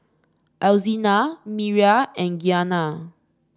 Alzina Miriah and Giana